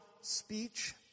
speech